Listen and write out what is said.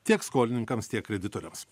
tiek skolininkams tiek kreditoriams